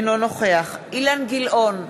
אינו נוכח אילן גילאון,